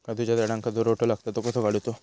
काजूच्या झाडांका जो रोटो लागता तो कसो काडुचो?